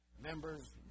members